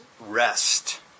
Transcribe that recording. rest